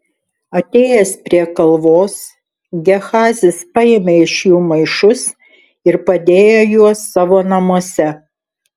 atėjęs prie kalvos gehazis paėmė iš jų maišus ir padėjo juos savo namuose